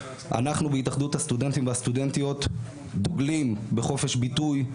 אנחנו בהתאחדות הסטודנטים והסטודנטיות דוגלים בחופש ביטוי,